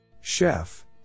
Chef